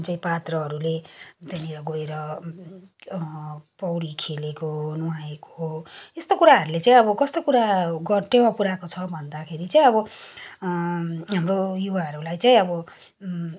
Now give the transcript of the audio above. जुन चाहिँ पात्रहरूले त्यहाँनिर गएर पौडी खेलेको नुहाएको यस्तो कुराहरूले चाहिँ अब कस्तो कुरा गर टेवा पुऱ्याएको छ भन्दाखेरि चाहिँ अब हाम्रो युवाहरूलाई चाहिँ अब